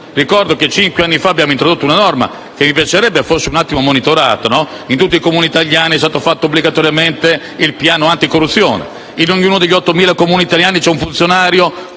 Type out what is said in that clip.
Ricordo che cinque anni fa abbiamo introdotto una norma che mi piacerebbe fosse monitorata. In tutti i Comuni italiani è stato realizzato obbligatoriamente il piano anticorruzione. In ognuno degli 8.000 Comuni italiani c'è quindi un funzionario